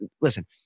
listen